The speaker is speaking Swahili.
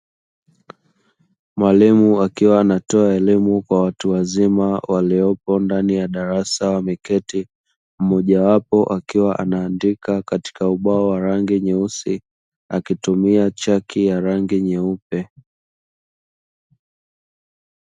Mwalimu akiwa anatoa elimu kwa watu wazima waliopo ndani ya darasa wameketi, mmoja wao akiwa anaandika katika ubao wa rangi nyeusi akitumia chaki ya rangi nyeupe.